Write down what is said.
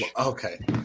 Okay